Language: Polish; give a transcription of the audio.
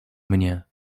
mnie